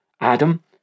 Adam